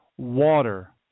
Water